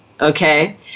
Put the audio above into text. Okay